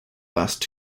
last